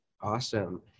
Awesome